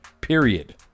period